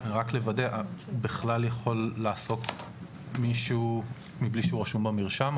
רק לוודא: בכלל יכול לעסוק מישהו מבלי שהוא רשום במרשם?